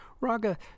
Raga